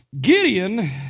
Gideon